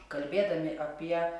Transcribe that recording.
kalbėdami apie